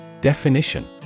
Definition